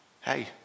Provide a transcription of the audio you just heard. hey